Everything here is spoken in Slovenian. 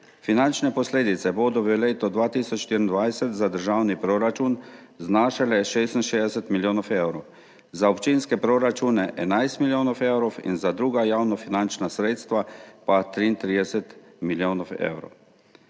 Finančne posledice bodo v letu 2024 za državni proračun znašale 66 milijonov evrov, za občinske proračune 11 milijonov evrov in za druga javnofinančna sredstva 33 milijonov evrov.